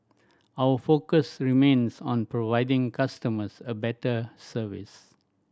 our focus remains on providing customers a better service